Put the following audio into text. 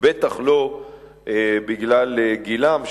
בטח לא בגלל גילם,